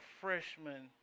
freshman